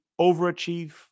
overachieve